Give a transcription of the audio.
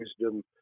wisdom